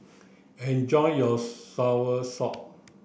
enjoy your Soursop